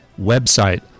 website